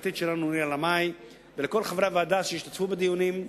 ליועצת המשפטית נירה לאמעי ולכל חברי הוועדה שהשתתפו בדיונים,